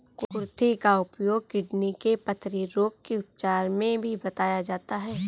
कुर्थी का उपयोग किडनी के पथरी रोग के उपचार में भी बताया जाता है